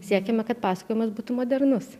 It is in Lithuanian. siekiame kad pasakojimas būtų modernus